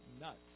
nuts